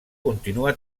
continua